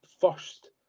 first